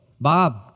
Bob